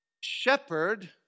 shepherd